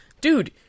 dude